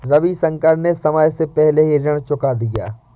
रविशंकर ने समय से पहले ही ऋण चुका दिया